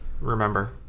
remember